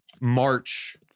March